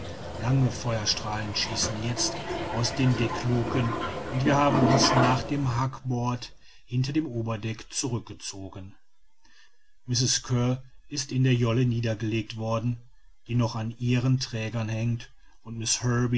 lange feuerstrahlen schießen jetzt aus den deckluken und wir haben uns nach dem hackbord hinter dem oberdeck zurück gezogen mrs kear ist in der jolle niedergelegt worden die noch an ihren trägern hängt und miß